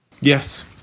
Yes